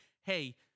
hey